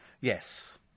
Yes